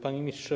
Panie Ministrze!